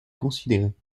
considérée